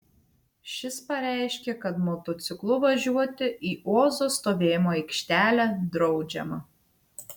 šis pareiškė kad motociklu važiuoti į ozo stovėjimo aikštelę draudžiama